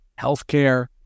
healthcare